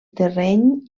terreny